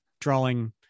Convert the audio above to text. drawing